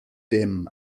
dim